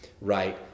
right